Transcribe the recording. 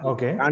Okay